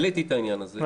העליתי את העניין הזה,